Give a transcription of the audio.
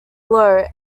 low